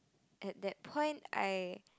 at that point I